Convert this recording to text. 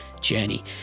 journey